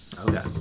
Okay